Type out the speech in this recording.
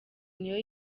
niyo